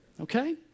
Okay